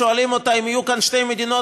שואלים אותם: אם יהיו כאן שתי מדינות,